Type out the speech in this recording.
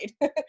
right